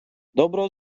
доброго